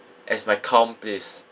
as my calm place